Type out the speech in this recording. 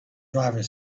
driver